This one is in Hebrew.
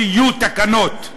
שיהיו תקנות,